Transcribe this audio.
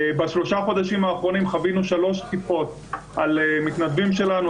בשלושה חודשים אחרונים חווינו שלוש תקיפות על מתנדבים שלנו,